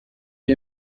die